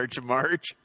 march